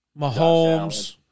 Mahomes